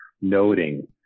noting